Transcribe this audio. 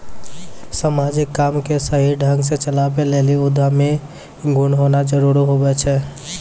समाजिक काम के सही ढंग से चलावै लेली उद्यमी गुण होना जरूरी हुवै छै